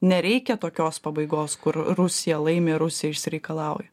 nereikia tokios pabaigos kur rusija laimi rusija išsireikalauja